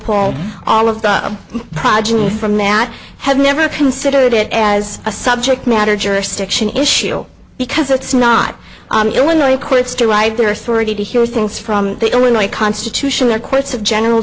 paul all of the progeny from that have never considered it as a subject matter jurisdiction issue because it's not the illinois courts derive their authority to hear things from the illinois constitution or courts of general